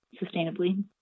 sustainably